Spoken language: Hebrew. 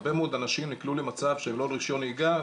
הרבה מאוד אנשים נקלעו למצב ללא רישיון נהיגה,